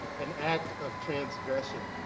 an act of transgression.